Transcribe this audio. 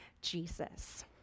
Jesus